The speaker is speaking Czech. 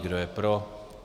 Kdo je pro.